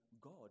God